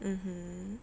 mmhmm